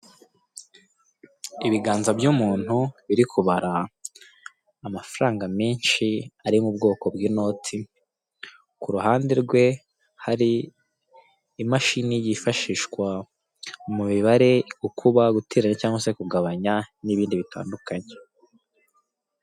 Ibiganza by'umuntu biri kubara amafaranga menshi ari mubwoko bw'inoti, kuruhande rwe hari imashini yifashishwa mu mibare, gukuba, guteranya, cyangwa se kugabanya, n'ibindi bitandukanye.